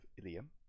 Ilium